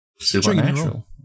supernatural